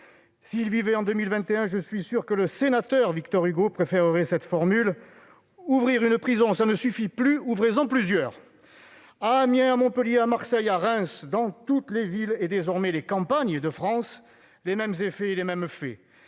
S'il vivait en 2021, je suis sûr que le sénateur Victor Hugo préfèrerait cette formule :« ouvrir une prison, cela ne suffit plus, ouvrez-en plusieurs »... À Amiens, Montpellier, Marseille ou Reims, dans toutes les villes et désormais les campagnes de France, les mêmes faits sont observés : des